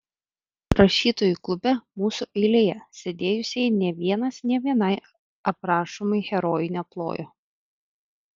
rašytojų klube mūsų eilėje sėdėjusieji nė vienas nė vienai aprašomai herojai neplojo